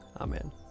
Amen